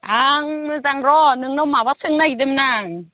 आं मोजां र' नोंनाव माबा सोंनो नागिरदोंमोन आं